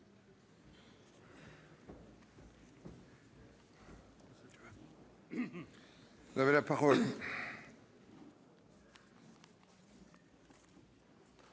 Merci